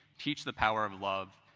teach the power of love,